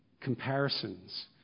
comparisons